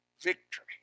victory